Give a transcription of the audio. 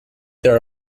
there